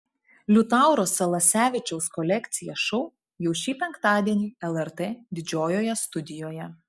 liutauro salasevičiaus kolekcija šou jau šį penktadienį lrt didžiojoje studijoje